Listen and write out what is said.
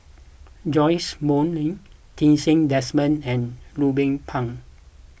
Joash Moo Lee Ti Seng Desmond and Ruben Pang